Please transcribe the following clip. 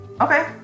Okay